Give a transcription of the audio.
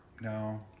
No